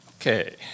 Okay